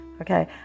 okay